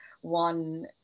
one